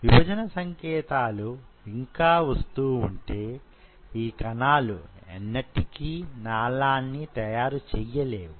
విభజన సంకేతాలు ఇంకా వస్తూ వుంటే ఈ కణాలు ఎన్నటికీ నాళాన్ని తయారు చెయ్యలేవు